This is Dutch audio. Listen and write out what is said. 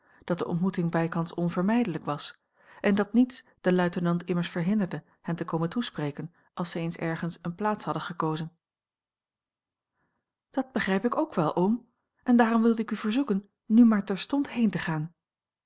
dat de ontmoeting bijkans onvermijdelijk was en dat niets den luitenant immers verhinderde hen te komen toespreken als zij eens ergens eene plaats hadden gekozen dat begrijp ik ook wel oom en daarom wilde ik u verzoeken nu maar terstond heen te gaan